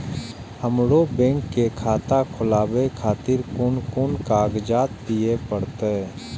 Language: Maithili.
हमरो बैंक के खाता खोलाबे खातिर कोन कोन कागजात दीये परतें?